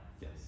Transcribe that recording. Yes